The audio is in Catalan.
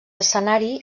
escenari